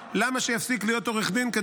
רק אם הוא משהה את הרישיון שלו גם כעורך דין.